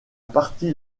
partie